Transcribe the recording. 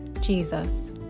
Jesus